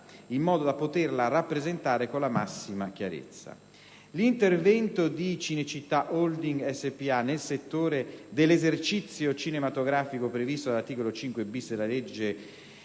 in modo da poterla rappresentare con la massima chiarezza. L'intervento di Cinecittà Holding Spa nel settore dell'esercizio cinematografico previsto dall'articolo 5-*bis* della legge